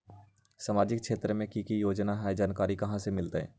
सामाजिक क्षेत्र मे कि की योजना है जानकारी कहाँ से मिलतै?